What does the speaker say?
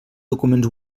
documents